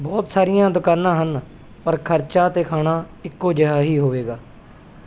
ਬਹੁਤ ਸਾਰੀਆਂ ਦੁਕਾਨਾਂ ਹਨ ਪਰ ਖਰਚਾ ਅਤੇ ਖਾਣਾ ਇੱਕੋ ਜਿਹਾ ਹੀ ਹੋਵੇਗਾ